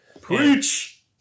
Preach